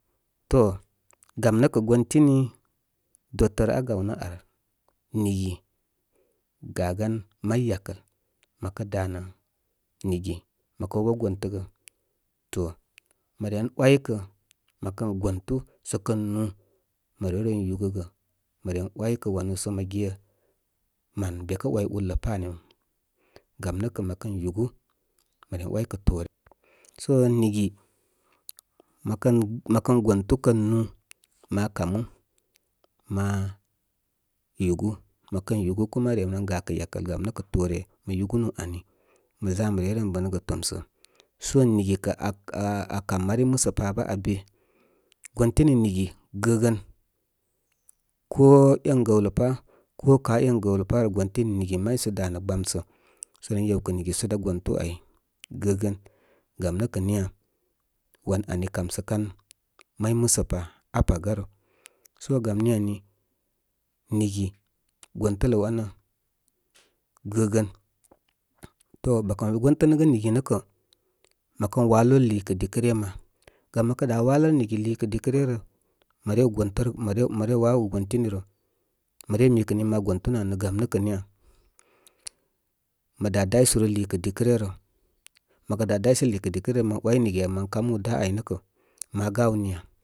To, gam nə kə gontini dotər aa gaw nə ar, nigi, gagan may yakəl. Mə kə danə nigi mə kəw gontəgə to, mə ren ‘waykə. Mə kən gontu sə kən nú, mə rew ren yugəgə. Mə ren ‘wakə wanúú sə mə ge mən be kə ‘way urlə pá ani. Gam nə kə mə kən yúgú, mə ren ‘waykə toore. So nigi, məkən məkən gontu kən nú, ma ma yúgú. Məkən ma yúgú kuma rem ren gakə yakəl gamnə kə toore mə yúgúnú ani, mə za mə reyren bənəgə tomsə. So nigi kə aa, aa, aa kam mari musəpa bə aa be. Gontini nigi gəgən, ko én gawləpá, ko kə aa en gəwləpá rə, gontini maysə danə gbamsə sə ren yew kə nigi sə dá gontu áy gəgən. Gam nə kə niya? Wan ani kamsə kan may musə pa, aa paga rə. So gam ni ani, mgi gontələ wanə gəgən. to bako mən be gontənəgə nigi nə kə. Mə kən waluru liikə dikə ryə. ma gam mə kə dá walə nigi lei kə dikəryə rə. Mə re gontərə, mə rew wawogə gontini rə. Mə re mikə nii ma gontunu ani nə. Gam nəkə nuja, mə dá daw suru liikə dikə ryə rə. Məkə dá daysə liikə dikəryə rə, mən ‘way nigi mən kamú dá aynə kə, ma gáw niya.